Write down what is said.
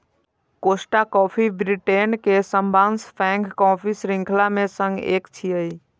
Costa Coffee Britain के सबसं पैघ कॉफी शृंखला मे सं एक छियै